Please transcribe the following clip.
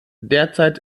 derzeit